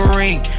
ring